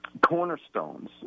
cornerstones